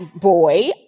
boy